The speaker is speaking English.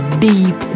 deep